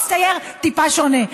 מצטייר טיפה שונה.